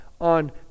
on